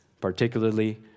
particularly